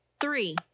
three